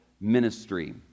ministry